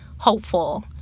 hopeful